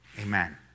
Amen